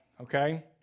okay